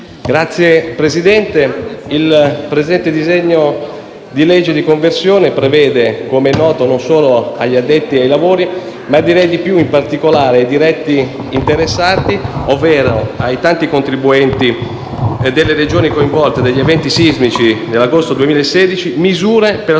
Signor Presidente, il presente disegno di legge di conversione prevede - come è noto non solo agli addetti ai lavori, ma in particolare ai diretti interessati, ovvero ai tanti contribuenti delle Regioni coinvolte dagli eventi sismici dell'agosto 2016 - misure per la